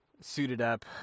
suited-up